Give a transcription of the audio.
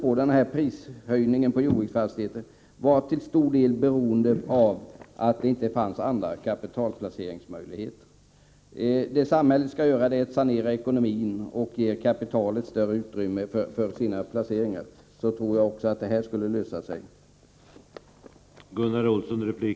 De stigande priserna på jordbruksfastigheter berodde helt enkelt på att det inte fanns andra kapitalplaceringsmöjligheter. Det samhället skall göra är att sanera ekonomin och ge kapitalet större utrymme för placeringar. Om detta sker, tror jag att också de problem vi nu diskuterar skulle lösa sig.